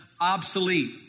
obsolete